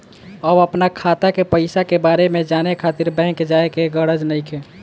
अब अपना खाता के पईसा के बारे में जाने खातिर बैंक जाए के गरज नइखे